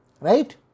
right